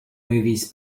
movies